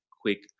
quick